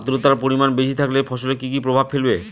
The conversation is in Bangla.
আদ্রর্তার পরিমান বেশি থাকলে ফসলে কি কি প্রভাব ফেলবে?